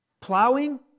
plowing